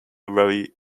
very